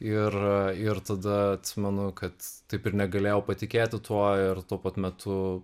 ir ir tada atsimenu kad taip ir negalėjau patikėti tuo ir tuo pat metu